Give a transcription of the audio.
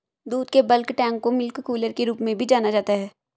दूध के bulk tank को मिल्क कूलर के रूप में भी जाना जाता है